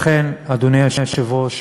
לכן, אדוני היושב-ראש,